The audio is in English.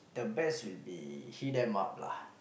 the best will be heal them up lah